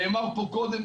נאמר פה קודם,